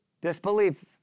disbelief